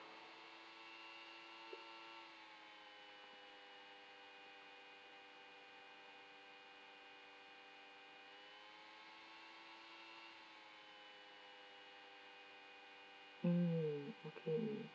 mm okay